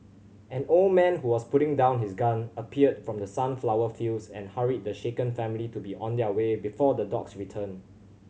an old man who was putting down his gun appeared from the sunflower fields and hurried the shaken family to be on their way before the dogs return